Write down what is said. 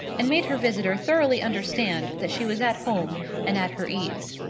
and made her visitor thoroughly understand that she was at home and at her ease.